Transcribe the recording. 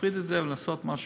להפריד את זה ולעשות משהו